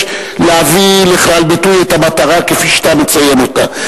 להביא לכלל ביטוי את המטרה כפי שאתה מציין אותה.